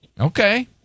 Okay